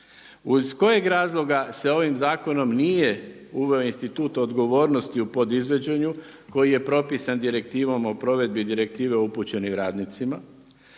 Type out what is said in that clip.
Iz kojeg razloga se ovim zakonom nije uveo institut odgovornosti u podizvođenju koji je propisan Direktivom o provedbi Direktive upućenim radnicima?